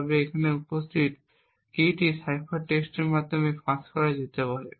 তবে এখানে উপস্থিত কীটি সাইফার টেক্সটের মাধ্যমে ফাঁস করা যেতে পারে